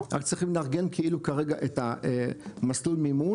רק צריכים לארגן כאילו כרגע את המסלול מימון,